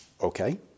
Okay